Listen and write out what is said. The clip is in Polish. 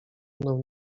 mną